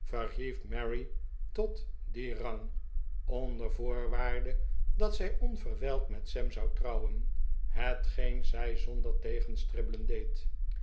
mary tot dien rang onder voorwaarde dat zij onverwijld met sam zou trouwen het geen zij zonder tegenstribbelen deed